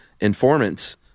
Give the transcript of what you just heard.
informants